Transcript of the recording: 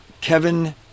Kevin